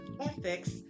ethics